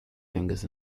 fingers